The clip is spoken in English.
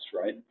Right